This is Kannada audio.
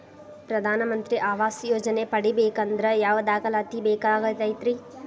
ಪ್ರಧಾನ ಮಂತ್ರಿ ಆವಾಸ್ ಯೋಜನೆ ಪಡಿಬೇಕಂದ್ರ ಯಾವ ದಾಖಲಾತಿ ಬೇಕಾಗತೈತ್ರಿ?